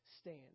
stand